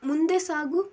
ಮುಂದೆ ಸಾಗು